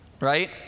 right